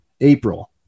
April